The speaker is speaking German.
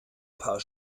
paar